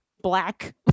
black